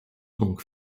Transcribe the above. donc